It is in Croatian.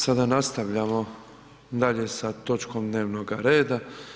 Sada nastavljamo dalje sa točkom dnevnoga reda.